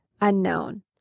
unknown